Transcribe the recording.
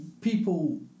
people